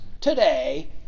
today